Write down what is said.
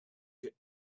get